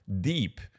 deep